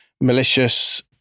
malicious